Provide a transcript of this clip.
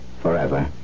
forever